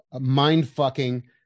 mind-fucking